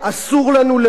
אומר מייקל אורן,